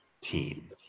team